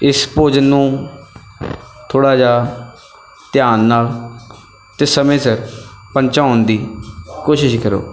ਇਸ ਭੋਜਨ ਨੂੰ ਥੋੜ੍ਹਾ ਜਿਹਾ ਧਿਆਨ ਨਾਲ ਅਤੇ ਸਮੇਂ ਸਿਰ ਪਹੁੰਚਾਉਣ ਦੀ ਕੋਸ਼ਿਸ਼ ਕਰੋ